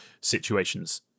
situations